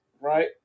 Right